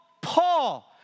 Paul